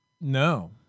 no